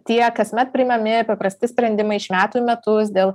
tie kasmet priimami paprasti sprendimai iš metų į metus dėl